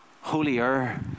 holier